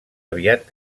aviat